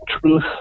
truth